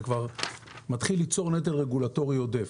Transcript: זה כבר מתחיל ליצור נטל רגולטורי עודף.